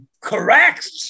Correct